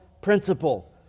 principle